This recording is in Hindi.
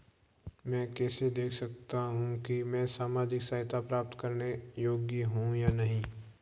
मैं कैसे देख सकता हूं कि मैं सामाजिक सहायता प्राप्त करने योग्य हूं या नहीं?